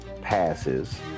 passes